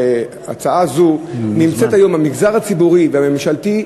ההצעה הזאת נמצאת היום במגזר הציבורי והממשלתי,